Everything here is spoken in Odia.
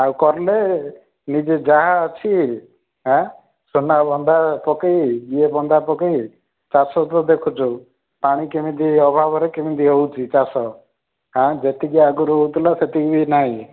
ଆଉ କଲେ ନିଜେ ଯାହାଅଛି ଆଁ ସୁନା ବନ୍ଧା ପକେଇ ଇଏ ବନ୍ଧା ପକେଇ ଚାଷ ତ ଦେଖୁଛୁ ପାଣି କେମିତି ଅଭାବରେ କେମିତି ହେଉଛି ଚାଷ ହାଁ ଯେତିକି ଆଗରୁ ହେଉଥିଲା ସେତିକି ବି ନାହିଁ